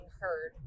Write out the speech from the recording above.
heard